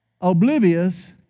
oblivious